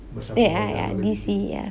ya ya ya D_C ya